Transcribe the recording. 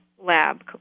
Lab